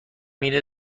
اینه